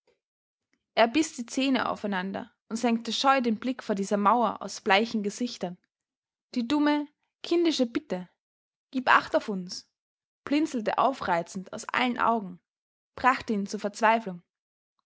er biß die zähne aufeinander und senkte scheu den blick vor dieser mauer aus bleichen gesichtern die dumme kindische bitte gieb acht auf uns blinzelte aufreizend aus allen augen brachte ihn zur verzweiflung